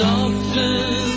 often